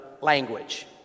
language